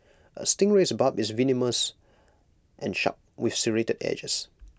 A stingray's barb is venomous and sharp with serrated edges